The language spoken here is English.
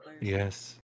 Yes